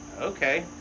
okay